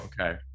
Okay